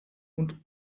und